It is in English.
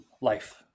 life